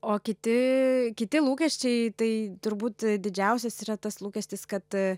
o kiti kiti lūkesčiai tai turbūt didžiausias yra tas lūkestis kad